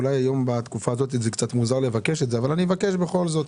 אולי היום בתקופה הזאת זה קצת מוזר לבקש את זה אבל אני אבקש בכל זאת.